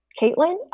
Caitlin